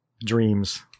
dreams